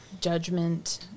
judgment